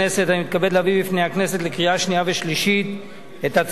אני מתכבד להביא בפני הכנסת לקריאה שנייה ושלישית את הצעת חוק